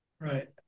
right